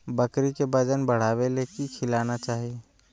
बकरी के वजन बढ़ावे ले की खिलाना चाही?